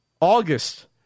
August